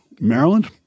Maryland